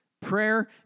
Prayer